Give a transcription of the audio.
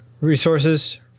resources